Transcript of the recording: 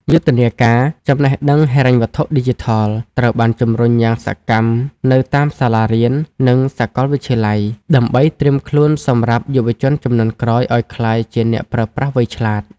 យុទ្ធនាការ "ចំណេះដឹងហិរញ្ញវត្ថុឌីជីថល" ត្រូវបានជម្រុញយ៉ាងសកម្មនៅតាមសាលារៀន និងសកលវិទ្យាល័យ ដើម្បីត្រៀមខ្លួនសម្រាប់យុវជនជំនាន់ក្រោយឱ្យក្លាយជាអ្នកប្រើប្រាស់វៃឆ្លាត។